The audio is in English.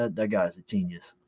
ah that guy is a genius.